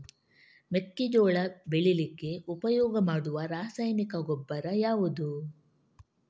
ಮೆಕ್ಕೆಜೋಳ ಬೆಳೀಲಿಕ್ಕೆ ಉಪಯೋಗ ಮಾಡುವ ರಾಸಾಯನಿಕ ಗೊಬ್ಬರ ಯಾವುದು?